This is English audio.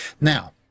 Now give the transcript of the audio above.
Now